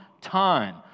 time